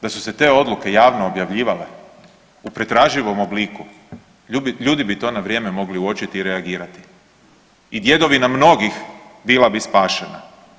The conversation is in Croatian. Da su se te odluke javno objavljivale u pretraživom obliku ljudi bi to na vrijeme mogli uočiti i reagirati i djedovina mnogih bila bi spašena.